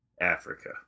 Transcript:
Africa